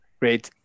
Great